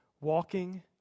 walking